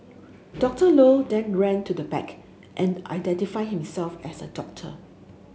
Doctor Low then ran to the back and identified himself as a doctor